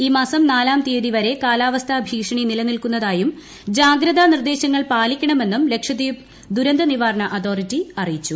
ഈമാസം നാലാം തീയതി വരെ കാലാവസ്ഥാ ഭീഷണി നിലനിൽക്കുന്നതായും ജാഗ്രതാ നിർദ്ദേശങ്ങൾ പാലിക്കണമെന്നും ലക്ഷദ്വീപ് ദുരന്ത നിവാരണ അതോറിറ്റി അറിയിച്ചു